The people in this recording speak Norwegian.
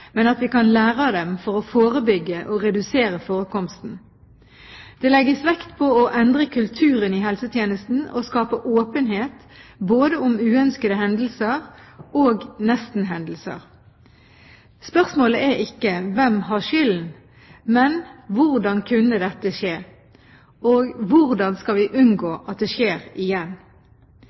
men at vi kan lære av dem for å forebygge og redusere forekomsten. Det legges vekt på å endre kulturen i helsetjenesten og skape åpenhet både om uønskede hendelser og nesten-hendelser. Spørsmålet er ikke «hvem har skylden?», men «hvordan kunne dette skje?» og «hvordan skal vi unngå at det skjer igjen?»